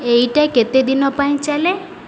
ଏଇଟା କେତେ ଦିନ ପାଇଁ ଚାଲେ